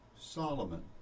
Solomon